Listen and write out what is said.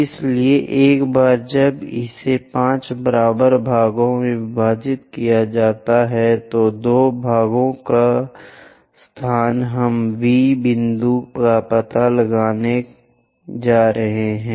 इसलिए एक बार जब इसे 5 बराबर भागों में विभाजित किया जाता है तो दो भागों का स्थान हम वी बिंदु का पता लगाने जा रहे हैं